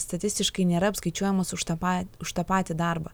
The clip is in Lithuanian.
statistiškai nėra apskaičiuojamas už tą patį už tą patį darbą